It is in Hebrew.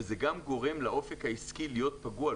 וזה גם גורם לאופק העסקי להיות פגוע,